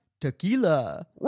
tequila